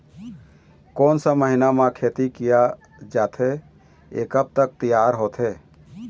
कोन सा महीना मा खेती किया जाथे ये कब तक तियार होथे?